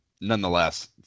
nonetheless